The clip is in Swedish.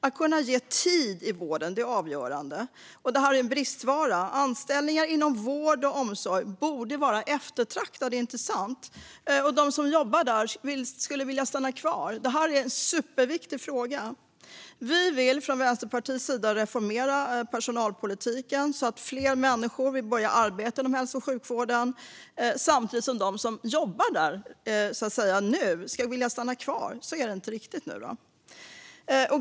Att kunna ge tid i vården är avgörande, men det är en bristvara. Anställningar inom vård och omsorg borde vara eftertraktade, inte sant? De som jobbar där borde vilja stanna kvar. Detta är en superviktig fråga. Vänsterpartiet vill reformera personalpolitiken så att fler människor vill börja arbeta inom hälso och sjukvården samtidigt som de som jobbar där nu vill stanna kvar. Så är det inte riktigt i dag.